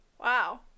Wow